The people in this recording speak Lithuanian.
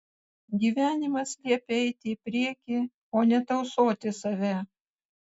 gyvenimas liepia eiti į priekį o ne tausoti save